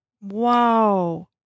Wow